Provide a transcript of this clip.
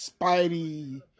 Spidey